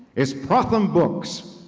is prothom books,